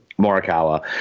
Morikawa